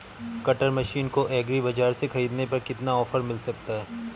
Cutter machine को agri बाजार से ख़रीदने पर कितना ऑफर मिल सकता है?